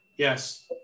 Yes